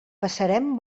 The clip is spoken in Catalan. passarem